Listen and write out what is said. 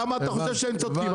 למה אתה חושב שהם צודקים?